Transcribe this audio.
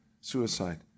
suicide